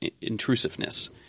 intrusiveness –